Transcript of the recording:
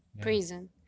Prison